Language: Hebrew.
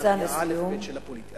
זה הרי האלף-בית של הפוליטיקה.